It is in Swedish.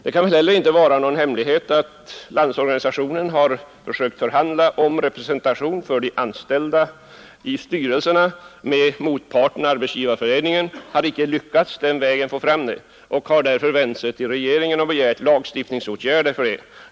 Det kan heller inte vara någon hemlighet att Landsorganisationen har försökt förhandla med Arbetsgivareföreningen om representation för de anställda i styrelserna. Landsorganisationen har dock inte lyckats att den vägen nå sitt mål och har därför vänt sig till regeringen med en begäran om lagstiftningsåtgärder.